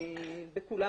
בכולן,